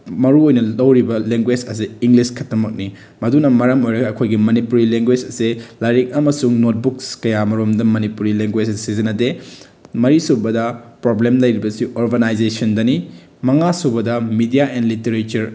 ꯃꯔꯨꯑꯣꯏꯅ ꯂꯧꯔꯤꯕ ꯂꯦꯡꯒꯣꯏꯁ ꯑꯁꯤ ꯏꯪꯂꯤꯁ ꯈꯛꯇꯃꯛꯅꯤ ꯃꯗꯨꯅ ꯃꯔꯝ ꯑꯣꯏꯔꯒ ꯑꯩꯈꯣꯏꯒꯤ ꯃꯅꯤꯄꯨꯔꯤ ꯂꯦꯡꯒꯣꯏꯁ ꯑꯁꯦ ꯂꯥꯏꯔꯤꯛ ꯑꯃꯁꯨꯡ ꯅꯣꯠꯕꯨꯛꯁ ꯀꯌꯥꯃꯔꯨꯝꯗ ꯃꯅꯤꯄꯨꯔꯤ ꯂꯦꯡꯒꯣꯏꯁꯁꯤ ꯁꯤꯖꯤꯟꯅꯗꯦ ꯃꯔꯤꯁꯨꯕꯗ ꯄ꯭ꯔꯣꯕ꯭ꯂꯦꯝ ꯂꯩꯔꯤꯕꯁꯤ ꯑꯔꯕꯅꯥꯏꯖꯦꯁꯟꯗꯅꯤ ꯃꯉꯥꯁꯨꯕꯗ ꯃꯤꯗꯤꯌꯥ ꯑꯦꯟ ꯂꯤꯇꯦꯔꯦꯆꯔ